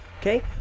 Okay